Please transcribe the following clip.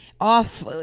off